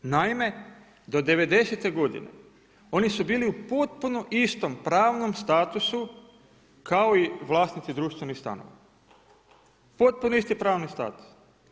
Naime, do devedesete godine oni su bili u potpuno istom pravnom statusu kao i vlasnici društvenih stanova, potpuno isti pravni status.